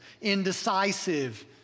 indecisive